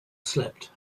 slept